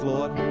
Lord